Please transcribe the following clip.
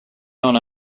known